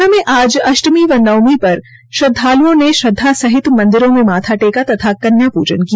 हरियाणा में आज अष्टमी व नवमी पर श्रद्वालुओं ने श्रद्वा सहित मंदिरों में माथा टेका तथा कन्या प्रजन किया